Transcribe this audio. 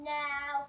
now